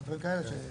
דברים כאלה.